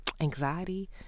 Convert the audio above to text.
anxiety